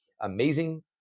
Amazing